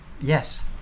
Yes